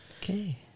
Okay